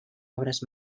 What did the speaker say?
obres